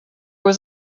was